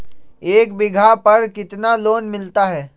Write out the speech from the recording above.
एक बीघा पर कितना लोन मिलता है?